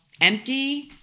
empty